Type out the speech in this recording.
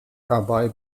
dabei